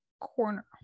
corner